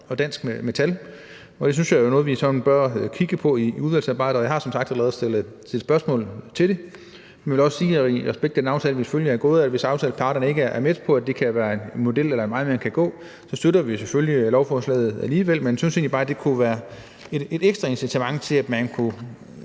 og Dansk Metal, og jeg synes jo, det er noget, vi sådan bør kigge på i udvalgsarbejdet. Og jeg har som sagt allerede stillet spørgsmål om det. Jeg vil også i respekt for den aftale, vi selvfølgelig har indgået, sige, at hvis aftaleparterne ikke er med på, at det kan være en model eller en vej, man kan gå, så støtter vi selvfølgelig lovforslaget alligevel. Men vi synes egentlig bare, det kunne være et ekstra incitament til at gøre